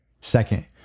Second